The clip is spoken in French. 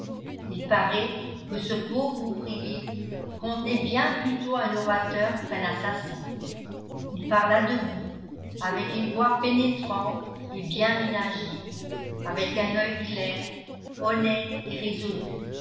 il paraît que ce pauvre ouvrier contenait bien plutôt un orateur qu'un assassin il parla debout avec une voix pénétrante et bien ménagée avec un œil clair honnête et résolu